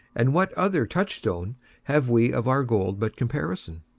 and what other touchstone have we of our gold but comparison,